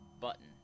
button